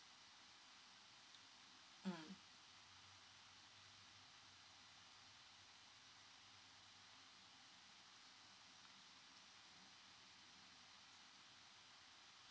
mm